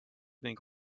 ning